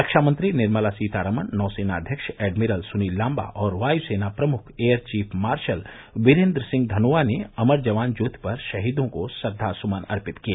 रक्षामंत्री निर्मला सीतारामन नौसेनाध्यक्ष एडमिरल सुनील लांबा और वायुसेना प्रमुख air chief marshal Birender Singh Dhanoa ने अमर जवान ज्योति पर शहीदों को श्रद्वासुनन अर्पित किए